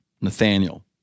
Nathaniel